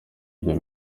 ibyo